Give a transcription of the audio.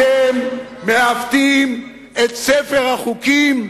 אתם מעוותים את ספר החוקים,